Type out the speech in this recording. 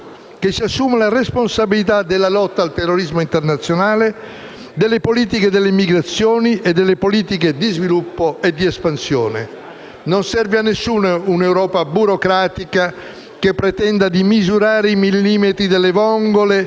che si assuma la responsabilità della lotta al terrorismo internazionale, delle politiche delle migrazioni e delle politiche di sviluppo e di espansione. Non serve a nessuno un'Europa burocratica che pretenda di misurare i millimetri delle vongole,